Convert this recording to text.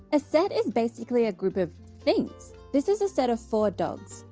a set is basically a group of things. this is a set of four dogs.